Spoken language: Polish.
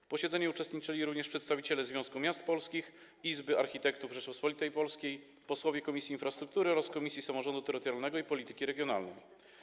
W posiedzeniu uczestniczyli również przedstawiciele Związku Miast Polskich, Izby Architektów Rzeczypospolitej Polskiej, posłowie Komisji Infrastruktury oraz Komisji Samorządu Terytorialnego i Polityki Regionalnej.